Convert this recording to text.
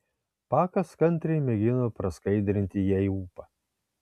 pakas kantriai mėgino praskaidrinti jai ūpą